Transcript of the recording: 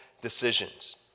decisions